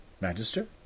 Magister